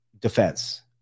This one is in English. defense